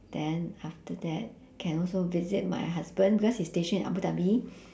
then after that can also visit my husband because he's stationed in abu dhabi